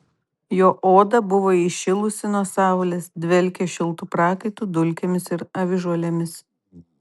jo oda buvo įšilusi nuo saulės dvelkė šiltu prakaitu dulkėmis ir avižuolėmis